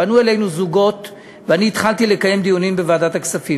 פנו אלי זוגות והתחלתי לקיים דיונים בוועדת הכספים.